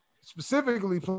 specifically